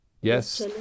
Yes